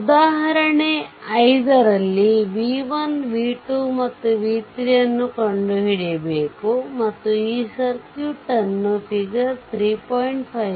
ಉದಾಹರಣೆ 5 ರಲ್ಲಿ v1 v2 ಮತ್ತು v3 ಅನ್ನು ಕಂಡುಹಿಡಿಯಬೇಕು ಮತ್ತು ಈ ಸರ್ಕ್ಯೂಟ್ ಅನ್ನು ಫಿಗರ್ 3